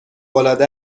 العاده